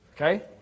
Okay